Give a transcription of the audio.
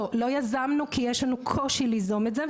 לא יזמנו, כי יש לנו קושי בליזום את זה.